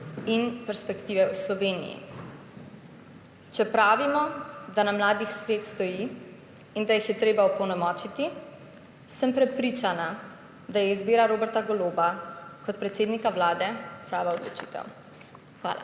in perspektive v Sloveniji. Če pravimo, da na mladih svet stoji in da jih je treba opolnomočiti, sem prepričana, da je izbira Roberta Goloba kot predsednika Vlade prava odločitev. Hvala.